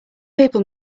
people